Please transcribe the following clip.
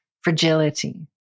fragility